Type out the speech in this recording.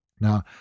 Now